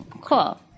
Cool